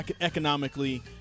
economically